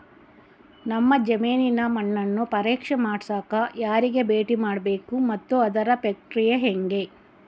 ನಮ್ಮ ಜಮೇನಿನ ಮಣ್ಣನ್ನು ಪರೇಕ್ಷೆ ಮಾಡ್ಸಕ ಯಾರಿಗೆ ಭೇಟಿ ಮಾಡಬೇಕು ಮತ್ತು ಅದರ ಪ್ರಕ್ರಿಯೆ ಹೆಂಗೆ?